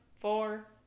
four